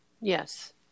Yes